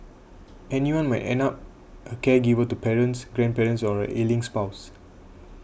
anyone might end up a caregiver to parents grandparents or an ailing spouse